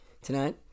tonight